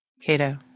Cato